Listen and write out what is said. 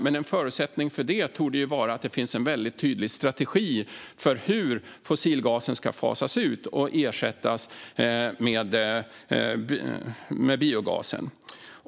Men en förutsättning för detta torde vara att det finns en tydlig strategi för hur fossilgasen ska fasas ut och ersättas med biogas.